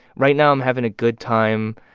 right now, i'm having a good time